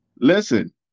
Listen